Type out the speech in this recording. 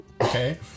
Okay